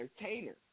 entertainer